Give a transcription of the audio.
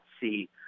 see